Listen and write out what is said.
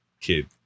kid